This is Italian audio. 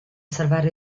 salvare